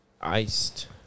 iced